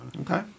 Okay